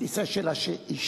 הכיסא של האשה.